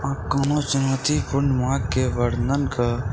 अहाँ कोनो चुनौतीपूर्ण मार्गके वर्णन कऽ